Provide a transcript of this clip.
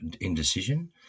indecision